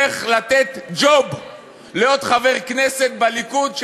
איך לתת ג'וב לעוד חבר כנסת בליכוד,